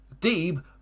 Deeb